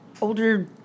older